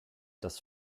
das